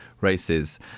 races